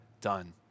done